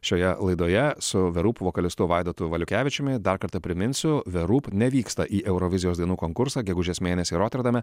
šioje laidoje su the roop vokalistu vaidotu valiukevičiumi dar kartą priminsiu the roop nevyksta į eurovizijos dainų konkursą gegužės mėnesį roterdame